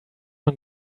man